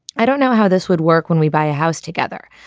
i don't know how this would work when we buy a house together.